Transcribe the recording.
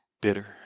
bitter